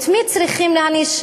את מי צריכים להעניש,